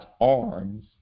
arms